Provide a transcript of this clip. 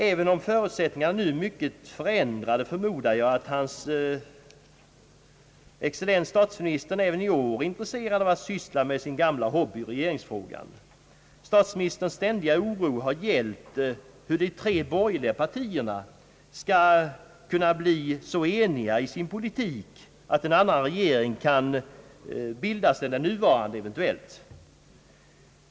Även om förutsättningarna nu är mycket förändrade, förmodar jag att hans excellens statsministern även i år är intresserad av att syssla med sin gamla hobby, regeringsfrågan. Statsministerns ständiga oro har gällt huruvida de tre borgerliga partierna skall kunna bli så eniga i sin politik att en annan regering än den nuvarande eventuellt kan bildas.